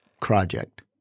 project